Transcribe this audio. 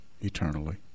eternally